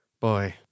Boy